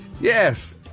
Yes